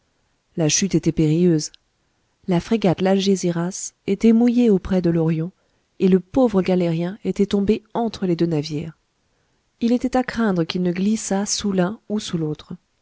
la chute était périlleuse la frégate l algésiras était mouillée auprès de l orion et le pauvre galérien était tombé entre les deux navires il était à craindre qu'il ne glissât sous l'un ou sous l'autre